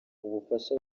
ubufasha